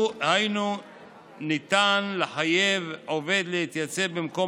היינו ניתן לחייב עובד להתייצב במקום